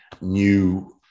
new